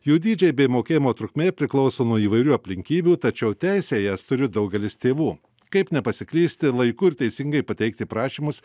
jų dydžiai bei mokėjimo trukmė priklauso nuo įvairių aplinkybių tačiau teisę į jas turi daugelis tėvų kaip nepasiklysti laiku ir teisingai pateikti prašymus